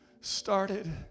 started